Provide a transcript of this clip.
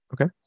Okay